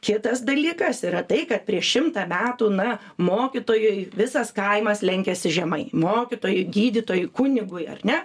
kitas dalykas yra tai kad prieš šimtą metų na mokytojui visas kaimas lenkėsi žemai mokytojui gydytojui kunigui ar ne